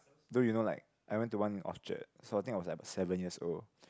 dude you know like I went to one in Orchard so I think I was like seven years old